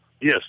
Yes